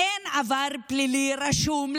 אין לרוצח עבר פלילי רשום.